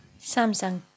Samsung